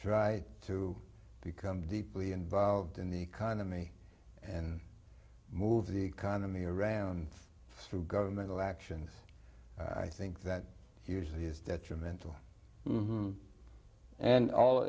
try to become deeply involved in the economy and move the economy around through governmental actions i think that usually is detrimental and all